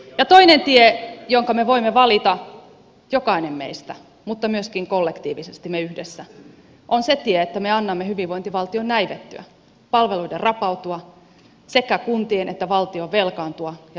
toinen tie jonka me voimme valita jokainen meistä mutta myöskin kollektiivisesti me yhdessä on se tie että me annamme hyvinvointivaltion näivettyä palveluiden rapautua sekä kuntien että valtion velkaantua ja työttömyyden kasvaa